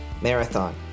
marathon